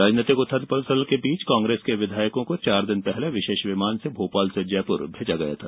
राजनीतिक उथलपुथल के बीच कांग्रेस के विधायकों को चार दिन पहले विशेष विमान से भोपाल से जयपुर भेजा गया था